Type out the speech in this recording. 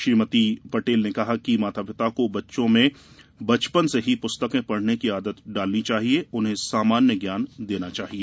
श्रीमती आनंदीबेन पटेल ने कहा कि माता पिता को बच्चों में बचपन से ही पुस्तकें पढ़ने की आदत डालना चाहिये उन्हें सामान्य ज्ञान देना चाहिए